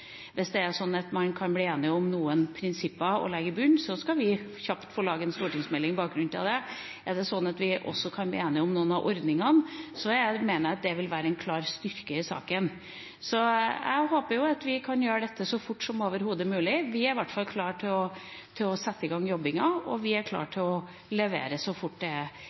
Hvis det er sånn at man kan bli enig om noen prinsipper som kan ligge i bunnen, skal vi kjapt få laget en stortingsmelding på bakgrunn av det, og er det sånn at vi også kan bli enige om noen av ordningene, mener jeg at det vil være en klar styrke i saken. Så jeg håper vi kan gjøre dette så fort som overhodet mulig. Vi er i hvert fall klare til å sette i gang jobbingen, og vi er klare til å levere så fort det er